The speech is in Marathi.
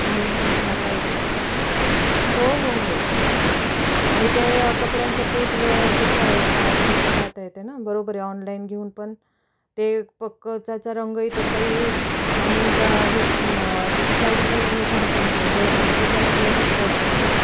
घालून पण पाहता येतं हो हो हो आणि ते कपड्यांचा पोत व कसा आहे काय आहे ते पण पाहता येते ना बरोबर आहे ऑनलाईन घेऊन पण ते पक्कं त्याचा रंगही तसाही येईल आणि त्या हे त्याची साईज पण येईल हे सांगता नाही आहेत बरोबर मी दुकानात जाऊनच स्कर्ट बघते